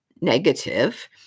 negative